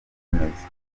gukomeza